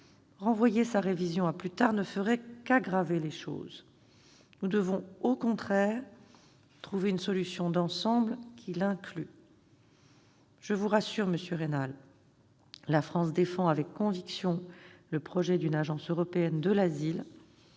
Renvoyer sa révision à plus tard ne ferait qu'aggraver les choses. Nous devons au contraire trouver une solution d'ensemble qui l'inclut. Je vous rassure, monsieur Raynal, la France défend avec conviction le projet d'une agence européenne de l'asile